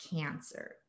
cancer